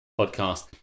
podcast